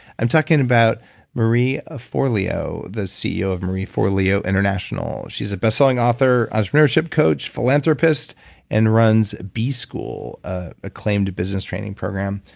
i'm talking about marie ah forleo, the ceo of marie forleo international. she's a bestselling author, entrepreneurship coach, philanthropist and runs b school, an acclaimed business training program.